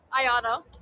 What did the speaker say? Ayana